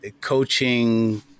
coaching